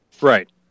Right